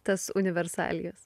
tas universalijas